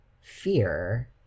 fear